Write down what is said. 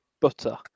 butter